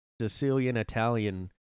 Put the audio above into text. Sicilian-Italian